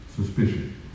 Suspicion